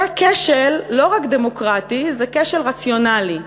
זה כשל לא רק דמוקרטי, זה כשל רציונלי.